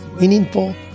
meaningful